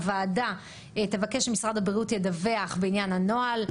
הוועדה תבקש שמשרד הבריאות ידווח בעניין הנוהל,